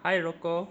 hi rocco